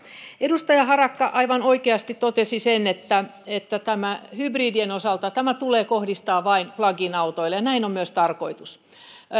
edustaja harakka aivan oikein totesi sen että että hybridien osalta tämä tulee kohdistaa vain plug in autoihin ja näin on myös tarkoitus tehdä